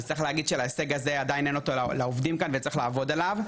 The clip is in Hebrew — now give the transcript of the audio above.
אז צריך להגיד שזה הישג שעדיין אין אותו לעובדים כאן וצריך לעבודה עליו.